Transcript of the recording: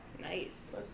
Nice